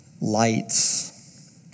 lights